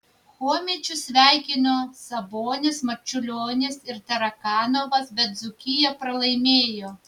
chomičių sveikino sabonis marčiulionis ir tarakanovas bet dzūkija pralaimėjo